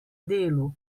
delu